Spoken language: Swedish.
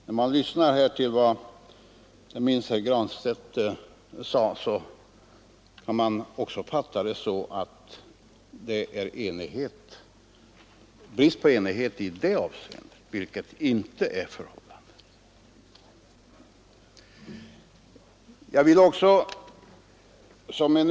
När man lyssnade inte minst till vad herr Granstedt sade kunde man fatta det så att det råder brist på enighet i det avseendet, vilket inte är fallet.